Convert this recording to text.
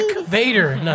Vader